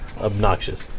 obnoxious